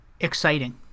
exciting